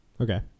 Okay